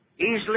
easily